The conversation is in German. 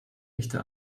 echte